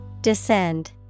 Descend